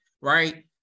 Right